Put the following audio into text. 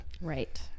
right